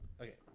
Okay